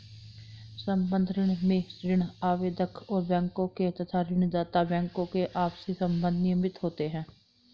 संबद्ध ऋण में ऋण आवेदक और बैंकों के तथा ऋण दाता बैंकों के आपसी संबंध नियमित होते हैं